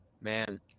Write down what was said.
man